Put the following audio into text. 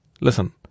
listen